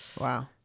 Wow